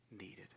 needed